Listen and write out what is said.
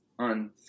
on